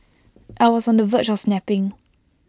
I was on the verge of snapping